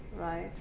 right